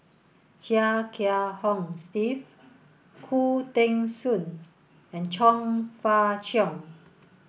Chia Kiah Hong Steve Khoo Teng Soon and Chong Fah Cheong